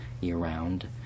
year-round